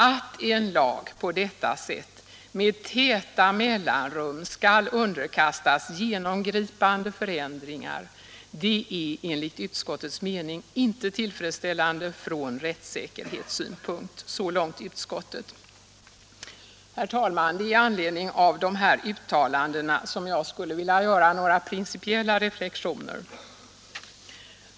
Att en lag på detta sätt med täta mellanrum skall underkastas genomgripande förändringar är enligt utskottets mening inte tillfredsställande från rättssäkerhetssynpunkt.” Herr talman! Det är i anledning av dessa uttalanden som jag vill göra några principiella reflexioner.